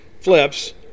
flips